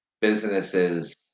businesses